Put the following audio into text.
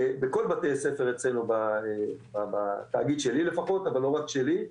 בכל בתי הספר אצלנו בתאגיד שלי לפחות אבל לא רק שלי,